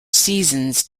seasons